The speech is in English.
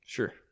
Sure